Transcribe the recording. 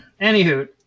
anywho